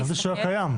חשבתי שהוא לא קיים.